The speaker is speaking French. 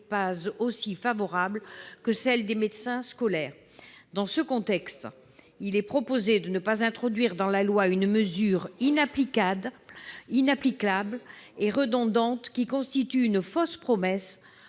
à 4 ans, notamment en école maternelle. Dans ce contexte, il est proposé de ne pas introduire dans la loi une mesure inapplicable et redondante qui constitue une fausse promesse,